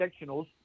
sectionals